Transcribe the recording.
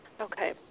Okay